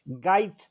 guide